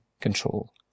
control